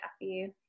happy